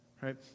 Right